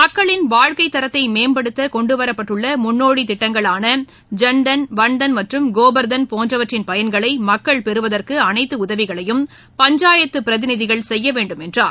மக்களின் வாழ்க்கைத்தரத்தை மேம்படுத்த கொண்டுவரப்பட்டுள்ள முன்னோடித் திட்டங்களாள ஜன்தன் வன்தன் மற்றும் கோபர்தன் போன்றவற்றின் பயன்களை மக்கள் பெறுவதற்கு அனைத்து உதவிகளையும் பஞ்சாயத்து பிரதிநிதிகள் செய்ய வேண்டும் என்றார்